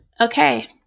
Okay